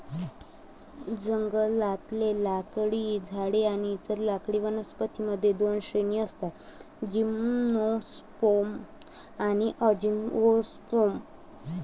जंगलातले लाकडी झाडे आणि इतर लाकडी वनस्पतीं मध्ये दोन श्रेणी असतातः जिम्नोस्पर्म आणि अँजिओस्पर्म